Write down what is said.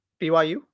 BYU